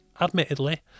admittedly